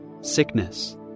sickness